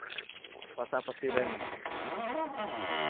ᱯᱟᱥᱟᱼᱯᱟ ᱥᱤ ᱨᱮᱱ